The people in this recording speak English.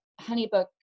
HoneyBook